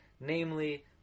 namely